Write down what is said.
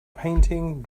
painting